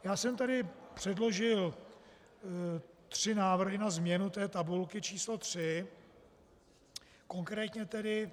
Já jsem tady předložil tři návrhy na změnu tabulky č. 3. Konkrétně tedy.